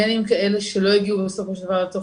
בין אם כאלה שלא הגיעו בסופו של דבר לתוך